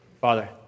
Father